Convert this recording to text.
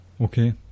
okay